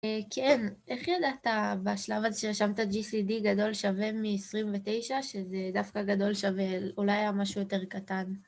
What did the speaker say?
כן, איך ידעת בשלב הזה שרשמת GCD גדול שווה מ-29, שזה דווקא גדול שווה, אולי היה משהו יותר קטן?